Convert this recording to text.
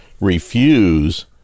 refuse